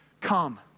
Come